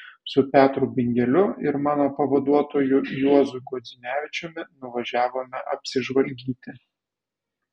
su petru bingeliu ir mano pavaduotoju juozu gudzinevičiumi nuvažiavome apsižvalgyti